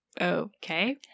okay